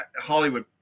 Hollywood